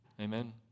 Amen